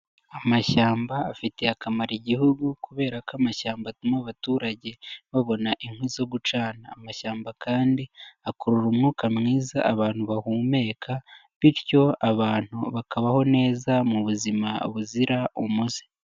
Amashyamba afitiye akamaro Igihugu, kubera ko amashyamba atuma abaturage babona inkwi zo gucana, amashyamba kandi akurura umwuka mwiza abantu bahumeka, bityo abantu bakabaho neza mu buzima buzira umuze.